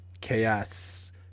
Chaos